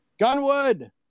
Gunwood